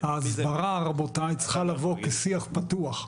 ההסברה צריכה לבוא כשיח פתוח,